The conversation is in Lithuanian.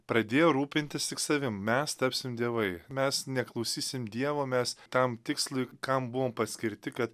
pradėjo rūpintis tik savim mes tapsim dievai mes neklausysim dievo mes tam tikslui kam buvom paskirti kad